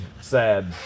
sad